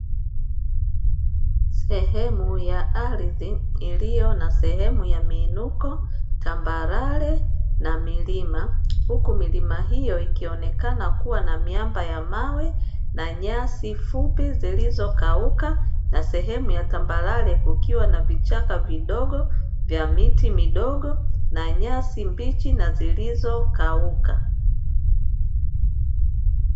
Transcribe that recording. Sehemu ya ardhi iliyo na sehemu ya miinuko, tambarare, na milima. Huku milima hiyo ikionekana kuwa na miamba ya mawe na nyasi fupi zilizo kauka na sehemu ya tambarare kukiwa na vichaka vidogo vya miti midogo na nyasi mbichi na zilizo kauka.